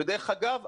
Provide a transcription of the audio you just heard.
דרך אגב,